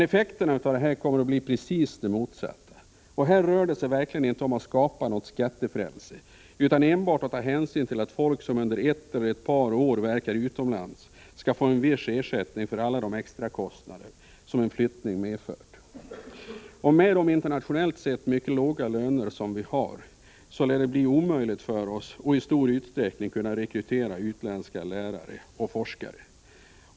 Effekterna av de nya reglerna kommer emellertid att bli de rakt motsatta. Här rör det sig verkligen inte om att skapa något skattefrälse, utan det gäller enbart att ta hänsyn till att folk som under ett eller ett par år verkar utomlands skall få en viss ersättning för alla de extrakostnader som en flyttning medför. Med de internationellt sett mycket låga lönerna lär det bli omöjligt för oss att i större utsträckning rekrytera utländska lärare och forskare.